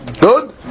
Good